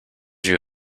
you